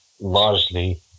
largely